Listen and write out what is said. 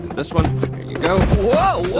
this one whoa. whoa.